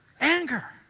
anger